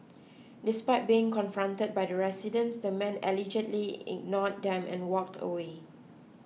despite being confronted by the residents the man allegedly ignore them and walked away